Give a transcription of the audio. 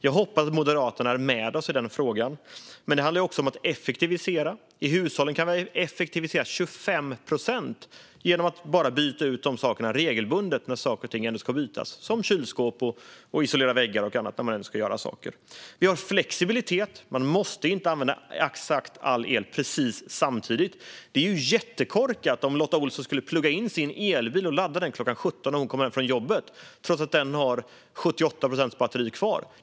Jag hoppas att Moderaterna är med oss i den frågan. Det handlar också om att effektivisera. I hushållen kan man effektivisera 25 procent genom att bara byta ut saker regelbundet när de ändå ska bytas, som kylskåp, och att isolera väggar och annat när man ändå ska göra saker. Det ska vara flexibilitet. Man måste inte använda exakt all el precis samtidigt. Det vore ju jättekorkat om Lotta Olsson skulle plugga in sin elbil och ladda den klockan 17 när hon kommer hem från jobbet, trots att den har 78 procent batteri kvar.